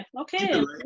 okay